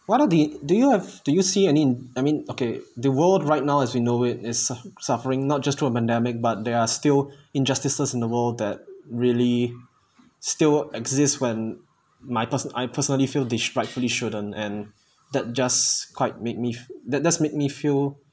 what are the do you have do you see any I mean okay the world right now as we know is s~ is suffering not just thru a pandemic but there are still injustices in the world that really still exists when my per~ I personally feel this rightfully shouldn't and that just quite made me f~ that does make me feel